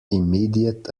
immediate